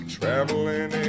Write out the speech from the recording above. traveling